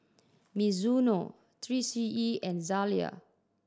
Mizuno Three C E and Zalia